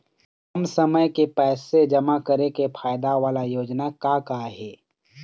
कम समय के पैसे जमा करे के फायदा वाला योजना का का हे?